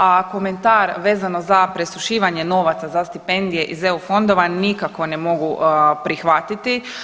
A komentar vezano za presušivanje novaca za stipendije iz EU fondova nikako ne mogu prihvatiti.